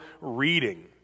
reading